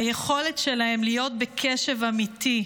היכולת שלהם היא להיות בקשב אמיתי,